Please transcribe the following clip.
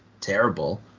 terrible